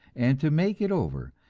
and to make it over,